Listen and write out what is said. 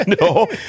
No